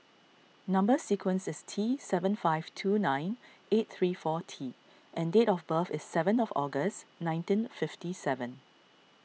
Number Sequence is T seven five two nine eight three four T and date of birth is seven of August nineteen fifty seven